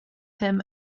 him